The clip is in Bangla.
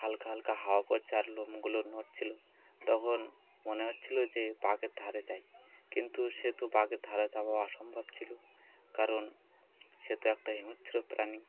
হালকা হালকা হাওয়া পর চার লোমগুলো নড়ছিলো তখন মনে হচ্ছিলো যে বাগের ধারে যায় কিন্তু সে তো বাগের ধারে যাওয়া অসম্ভব ছিলো কারণ সে তো একটা হিম সিং প্রাণী